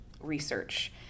research